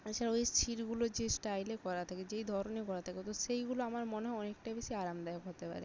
এছাড়াও ওই সিটগুলো যে স্টাইলে করা থকে যেই ধরনে করা থাকে তো সেইগুলো আমার মনে হয় অনেকটা বেশি আরামদায়ক হতে পারে